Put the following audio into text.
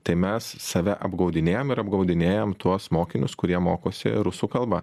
tai mes save apgaudinėjam ir apgaudinėjam tuos mokinius kurie mokosi rusų kalba